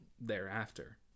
thereafter